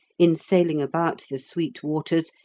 in sailing about the sweet waters,